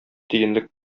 тиенлек